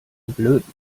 blöd